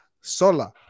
Sola